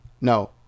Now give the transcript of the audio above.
No